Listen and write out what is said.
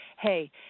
hey